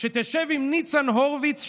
שתשב עם ניצן הורוביץ,